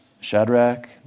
Shadrach